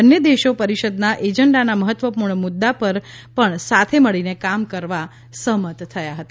બંને દેશો પરિષદના એજન્ડાના મહત્વપૂર્ણ મુદ્દા પર સાથે મળીનેકામ કરવા સહમત થયા હતા